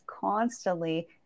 constantly